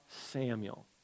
Samuel